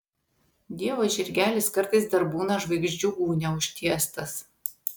dievo žirgelis kartais dar būna žvaigždžių gūnia užtiestas